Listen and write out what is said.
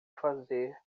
fazer